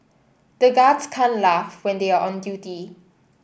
the guards can't laugh when they are on duty